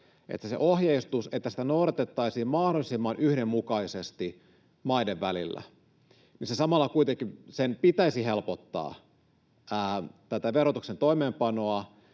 sitä ohjeistusta noudatettaisiin mahdollisimman yhdenmukaisesti maiden välillä. Samalla kuitenkin sen pitäisi helpottaa verotuksen toimeenpanoa